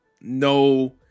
no